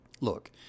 Look